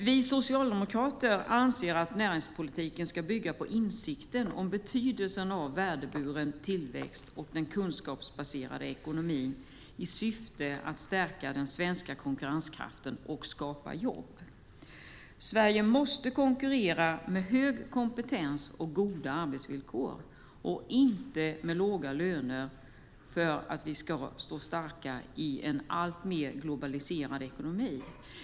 Vi socialdemokrater anser att näringspolitiken ska bygga på insikten om betydelsen av värdeburen tillväxt och den kunskapsbaserade ekonomin i syfte att stärka den svenska konkurrenskraften och skapa jobb. Sverige måste konkurrera med hög kompetens och goda arbetsvillkor, inte med låga löner, för att vi ska stå starka i en alltmer globaliserad ekonomi.